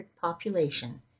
population